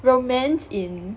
romance in